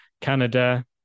Canada